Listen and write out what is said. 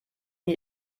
mir